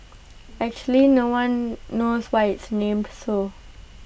actually no one knows why IT is named so